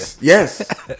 Yes